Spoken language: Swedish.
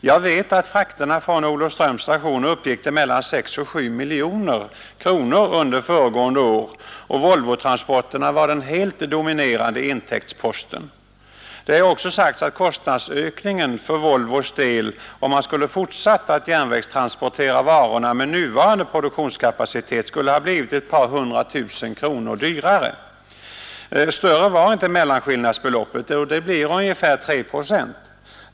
Jag vet att frakterna från Olofströms station gav inkomster på mellan 6 och 7 miljoner kronor under föregående år och Volvotransporterna var den helt dominerande intäktsposten. Det har också sagts att kostnadsökningen för Volvos del, om man skulle fortsatt att järnvägstransportera varorna med nuvarande produktionskapacitet, skulle ha blivit ett par hundra tusen kronor. Större var inte mellanskillnadsbeloppet. Det blir ungefär 3 procent.